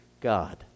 God